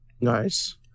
Nice